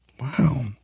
Wow